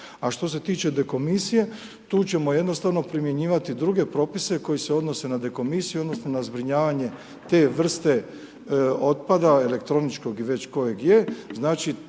A što se tiče deokmisije, tu ćemo jednostavno propisivati druge propise koji se odnose na dekomisiju, odnosno, na zbrinjavanje te vrste otpada, elektroničkog ili već koje je,